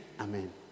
Amen